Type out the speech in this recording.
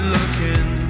Looking